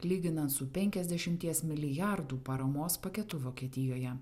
lyginant su penkiasdešimties milijardų paramos paketu vokietijoje